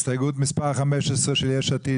הסתייגות מספר 15 של יש עתיד.